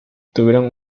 tuvieron